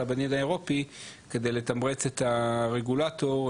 בדין האירופי כדי לתמרץ את הרגולטור,